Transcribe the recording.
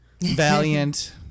Valiant